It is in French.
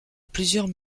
plusieurs